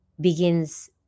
begins